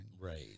Right